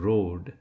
Road